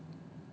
two o'clock